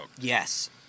Yes